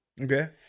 okay